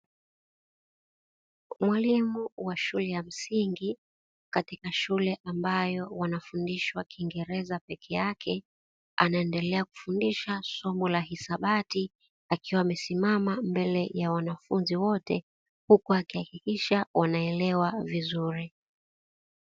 Mwalimu wa shule ya msingi, katika shule ambayo wanafundishwa kiingereza peke yake, anaendelea kufundisha somo la hisabati, akiwa amesimama mbele ya wanafunzi wote, huku akihakikisha wanaelewa vizuri.